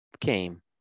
came